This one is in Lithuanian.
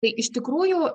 tai iš tikrųjų